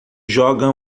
joga